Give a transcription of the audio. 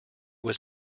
was